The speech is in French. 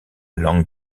langue